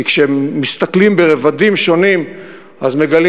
כי כשמסתכלים ברבדים שונים אז מגלים